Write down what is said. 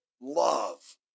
love